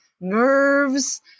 nerves